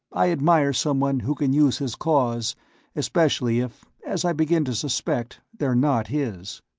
i admire someone who can use his claws especially if, as i begin to suspect, they're not his.